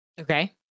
Okay